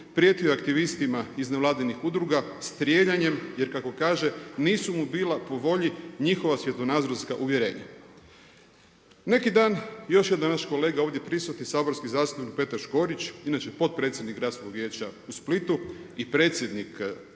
prijetio je aktivistima iz nevladinih udruga strijeljanjem, jer kako kaže nisu mu bila po volji njihova svjetonazorska uvjerenja. Neki dan još je naš kolega ovdje prisutni saborski zastupnik Petar Škorić, inače potpredsjednik Gradskog vijeća u Splitu i predsjednik splitskog HDZ-a